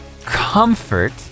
comfort